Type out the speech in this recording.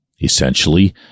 essentially